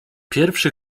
pierwszy